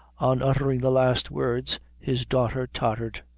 on uttering the last words, his daughter tottered,